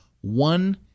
one